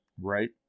Right